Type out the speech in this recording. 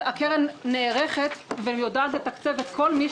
הקרן נערכת ויודעת לתקצב את כל מי